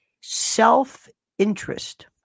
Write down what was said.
self-interest